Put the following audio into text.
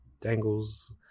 dangles